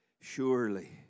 surely